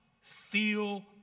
feel